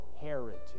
heritage